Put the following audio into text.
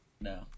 No